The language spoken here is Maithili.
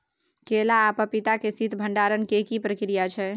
केला आ पपीता के शीत भंडारण के की प्रक्रिया छै?